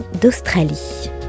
d'Australie